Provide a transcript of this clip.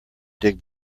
dig